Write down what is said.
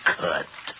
cut